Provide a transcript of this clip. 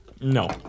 No